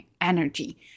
energy